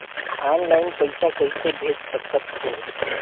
Online पइसा कइसे भेज सकत हो?